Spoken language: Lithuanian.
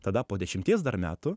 tada po dešimties dar metų